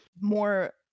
more